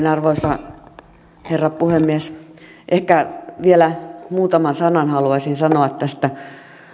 arvoisa herra puhemies ehkä vielä muutaman sanan haluaisin sanoa tästä